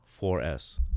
4S